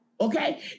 Okay